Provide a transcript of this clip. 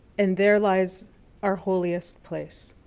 and there lies our holiest place.